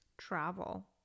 travel